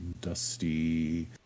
dusty